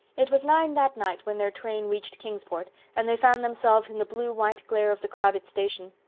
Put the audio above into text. it was nine that night when their train reached kingsport, and they found themselves in the blue-white glare of the crowded station.